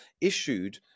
issued